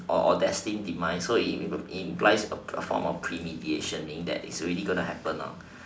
or destine demise so it it implies a form of premeditation that it's already going to happen lor